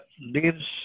leaves